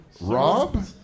Rob